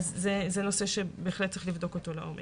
זה נושא שבהחלט צריך לבדוק אותו לעומק.